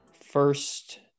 first